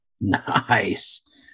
Nice